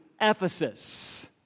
Ephesus